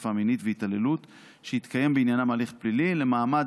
תקיפה מינית והתעללות אשר התקיים בעניינם הליך פלילי למעמד